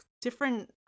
different